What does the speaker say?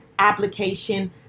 application